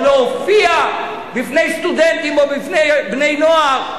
להופיע בפני סטודנטים או בפני בני-נוער,